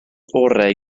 orau